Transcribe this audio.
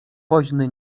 woźny